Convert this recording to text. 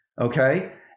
okay